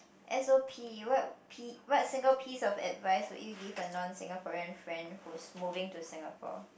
s_o_p what P what single piece of advice would you give a non Singaporean friend who's moving to Singapore